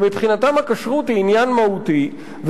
שמבחינתם הכשרות היא עניין מהותי,